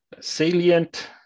salient